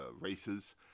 races